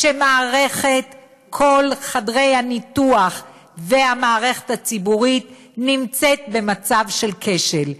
מערכת כל חדרי הניתוח והמערכת הציבורית נמצאות במצב של כשל.